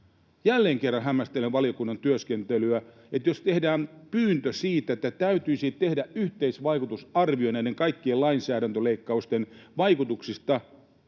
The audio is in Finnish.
Jälleen kerran hämmästelen valiokunnan työskentelyä. Jos tehdään pyyntö siitä, että täytyisi tehdä yhteisvaikutusarvio näiden kaikkien lainsäädäntöleikkausten vaikutuksista,